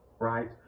right